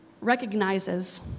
recognizes